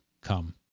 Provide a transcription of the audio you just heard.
come